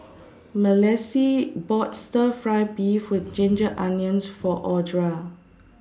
Malissie bought Stir Fry Beef with Ginger Onions For Audra